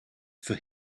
for